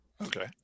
Okay